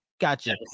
Gotcha